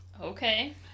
Okay